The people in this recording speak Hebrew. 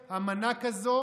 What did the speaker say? אישור אמנה כזו.